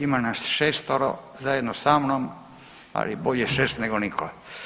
Ima nas šestoro zajedno sa mnom ali bolje šest nego niko.